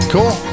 Cool